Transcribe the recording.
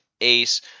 ace